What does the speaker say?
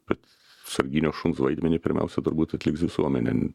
bet sarginio šuns vaidmenį pirmiausia turbūt atliks visuomenė